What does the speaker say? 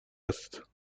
است